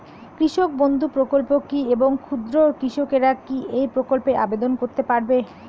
কৃষক বন্ধু প্রকল্প কী এবং ক্ষুদ্র কৃষকেরা কী এই প্রকল্পে আবেদন করতে পারবে?